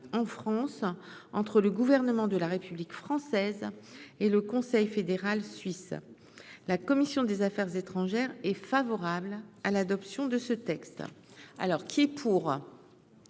alors qui est pour,